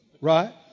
Right